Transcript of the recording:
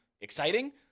exciting